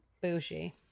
Bougie